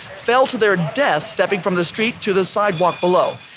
fell to their deaths stepping from the street to the sidewalk below.